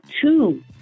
two